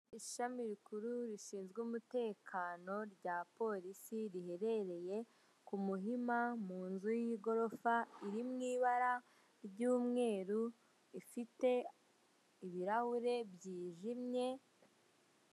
Ishami rikuru rishinzwe umutekano rya polisi riherereye ku Muhima mu nzu y'igorofa iri mu ibara ry'umweru ifite ibirahure byijimye.